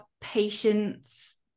patience